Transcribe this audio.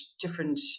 different